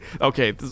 Okay